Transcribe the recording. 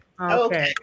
Okay